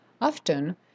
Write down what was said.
Often